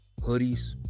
hoodies